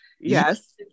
Yes